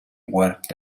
worked